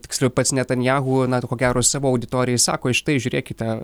tiksliau pats netanjahu na to ko gero savo auditorijai sako štai žiūrėkite